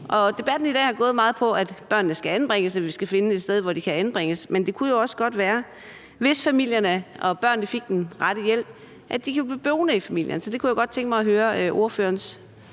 Debatten i dag har gået meget på, at børnene skal anbringes, og at man skal finde et sted, hvor de kan anbringes, men det kunne jo også godt være, hvis familierne og børnene fik den rette hjælp, at de kunne blive boende i familierne. Så det kunne jeg godt tænke mig at høre ordførerens